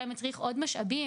אולי מצריך עוד משאבים.